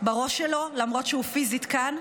למרות שפיזית הוא כאן.